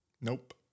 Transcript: nope